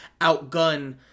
outgun